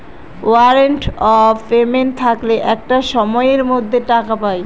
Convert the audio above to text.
warrant of payment থাকলে একটা সময়ের মধ্যে টাকা পায়